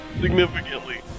significantly